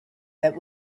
that